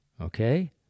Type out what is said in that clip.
okay